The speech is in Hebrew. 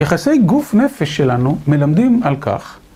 יחסי גוף נפש שלנו מלמדים על כך